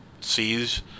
sees